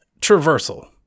traversal